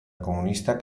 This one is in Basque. komunistak